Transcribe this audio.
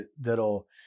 that'll